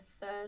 third